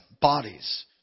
bodies